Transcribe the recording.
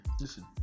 Listen